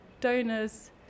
donors